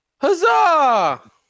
Huzzah